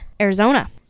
arizona